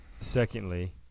Secondly